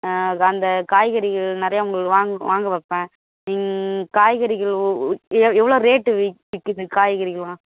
அந்த காய்கறிகள் நிறையா உங்களுக்கு வாங்க வைப்பேன் காய்கறிகள் எவ்வளோ ரேட்டு விற்கிது காய்கறிகள்லாம்